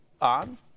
on